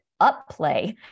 upplay